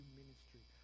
ministry